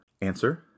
Answer